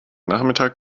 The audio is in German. nachmittag